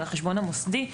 על החשבון המוסדי,